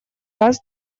раз